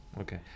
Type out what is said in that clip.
Okay